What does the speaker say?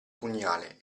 pugnale